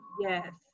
Yes